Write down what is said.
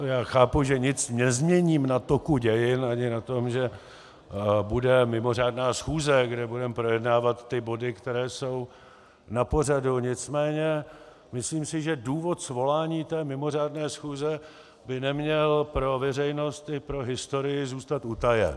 Já chápu, že nic nezměním na toku dějin ani na tom, že bude mimořádná schůze, kde budeme projednávat ty body, které jsou na pořadu, nicméně myslím, že důvod svolání té mimořádné schůze by neměl pro veřejnost i pro historii zůstat utajen.